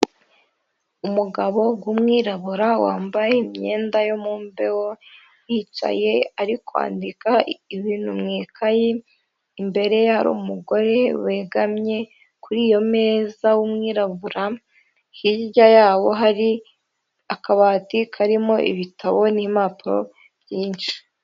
Umugabo g'umwirabura wambaye imyenda yo mu mbeho, yicaye ari kwandika ibintu mu ikayi, imbere ye hari umugore wegamye kuri iyo meza w'umwirabura, hirya yabo hari akabati karimo ibitabo n'impapuro byinshi.